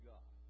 God